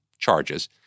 charges